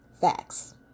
facts